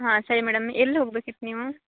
ಹಾಂ ಸರಿ ಮೇಡಮ್ ಎಲ್ಲಿ ಹೋಗ್ಬೇಕಿತ್ತು ನೀವು